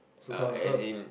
uh as in